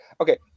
okay